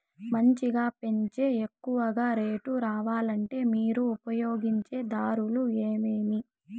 మంచిగా పెంచే ఎక్కువగా రేటు రావాలంటే మీరు ఉపయోగించే దారులు ఎమిమీ?